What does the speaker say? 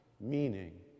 meaning